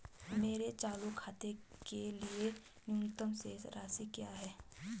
मेरे चालू खाते के लिए न्यूनतम शेष राशि क्या है?